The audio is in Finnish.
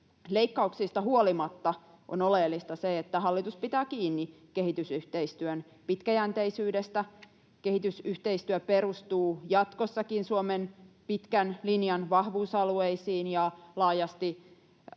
Leikkauksista huolimatta on oleellista se, että hallitus pitää kiinni kehitysyhteistyön pitkäjänteisyydestä. Kehitysyhteistyö perustuu jatkossakin Suomen pitkän linjan vahvuusalueisiin ja laajasti jaettuihin